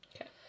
Okay